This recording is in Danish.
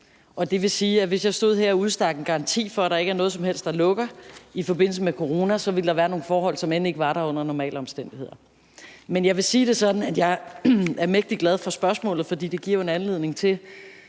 det vil sige, at hvis jeg stod her og udstak en garanti for, at der ikke er noget som helst, der lukker i forbindelse med coronaen, så kunne der være tale om nogle andre forhold, og det ville jeg end ikke kunne gøre under normale omstændigheder. Men jeg vil sige det sådan, at jeg er mægtig glad for spørgsmålet. For det giver jo en anledning til